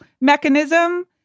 mechanism